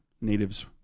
natives